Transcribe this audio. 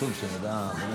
חשוב שנדע.